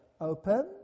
open